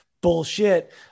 bullshit